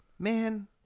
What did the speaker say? man